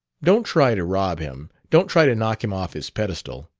don't try to rob him. don't try to knock him off his pedestal.